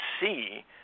see